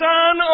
Son